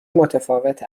متفاوت